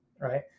right